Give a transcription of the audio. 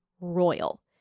royal